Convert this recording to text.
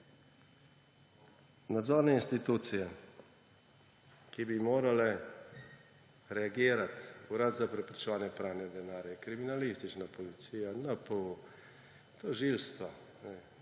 Nadzorne institucije, ki bi morale reagirati – Urad za preprečevanje pranja denarja, kriminalistična policija, NPU, tožilstva,